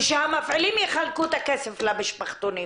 ושהמפעילים יחלקו את הכסף למשפחתונים.